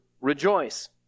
rejoice